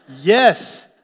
yes